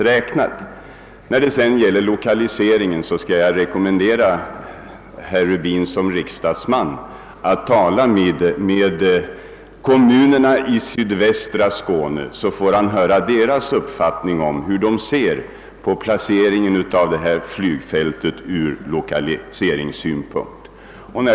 Jag rekommenderar herr Rubin i hans egenskap av riksdagsman att tala med representanter för kommunerna i sydvästra Skåne, så att han får höra deras mening om placeringen av flygfältet från lokaliseringssynpunkt.